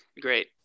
great